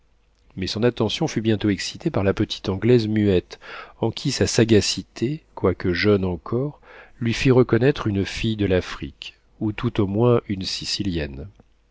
mais son attention fut bientôt excitée par la petite anglaise muette en qui sa sagacité quoique jeune encore lui fit reconnaître une fille de l'afrique ou tout au moins une sicilienne